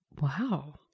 wow